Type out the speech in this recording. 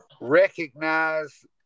recognize